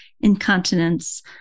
incontinence